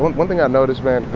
one thing i've noticed, man?